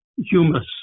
humus